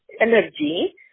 energy